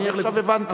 אני עכשיו הבנתי.